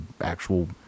actual